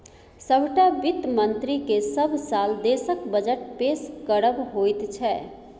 सभटा वित्त मन्त्रीकेँ सभ साल देशक बजट पेश करब होइत छै